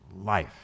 life